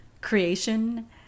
creation